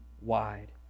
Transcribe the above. wide